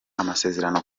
amasezerano